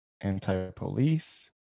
anti-police